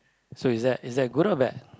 so is that is that good or bad